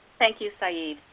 thank you, saeed.